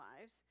lives